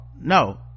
no